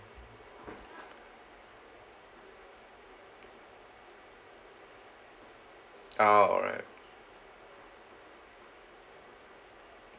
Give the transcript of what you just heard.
oh alright